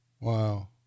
Wow